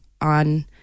on